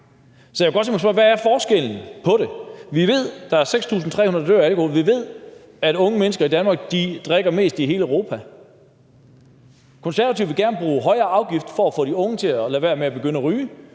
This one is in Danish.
Så jeg kunne godt tænke mig at spørge: Hvad er forskellen? Vi ved, at der er 6.300, der dør på grund af alkohol. Vi ved, at unge mennesker i Danmark er dem, der drikker mest i hele Europa. Konservative vil gerne bruge højere afgifter for at få de unge til at lade være med at begynde at ryge.